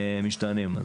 משתנים.